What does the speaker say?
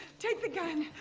take the gun,